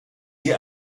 sie